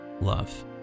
love